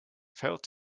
failed